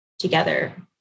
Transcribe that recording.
together